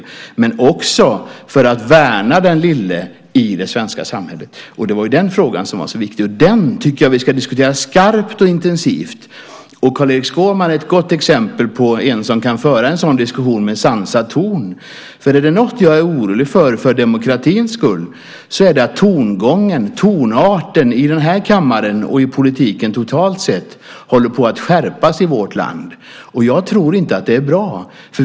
Men det gjordes också för att värna den lille i det svenska samhället. Det var den frågan som var så viktig. Den tycker jag att vi ska diskutera skarpt och intensivt. Carl-Erik Skårman är ett gott exempel på en som kan föra en sådan diskussion med sansad ton. Är det något jag för demokratins skull är orolig för är det att tonarten i den här kammaren och i politiken totalt sett håller på att skärpas i vårt land. Jag tror inte att det är bra.